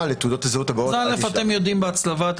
לתעודות הזהות הבאות --- את זה אתם יודעים בהצלבה.